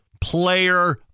player